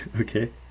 okay